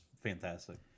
fantastic